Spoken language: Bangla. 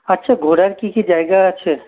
আচ্ছা ঘোরার কী কী জায়গা আছে